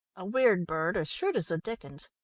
a weird bird, as shrewd as the dickens,